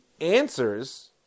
answers